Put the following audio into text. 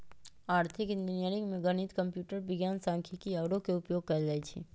आर्थिक इंजीनियरिंग में गणित, कंप्यूटर विज्ञान, सांख्यिकी आउरो के उपयोग कएल जाइ छै